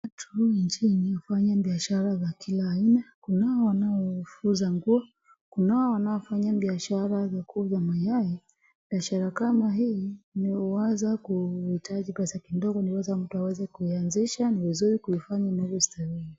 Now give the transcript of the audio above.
humu nchini kuna biashara ya kila aina , kunao wanaouza nguo, kunao wanafanya biashara ya kuuza mayai .Biashara hii huweza kuitaji pesa kidogo ili mtu aweze kuianzisha ni vizuri aweze kuifanya jisi inavyostahili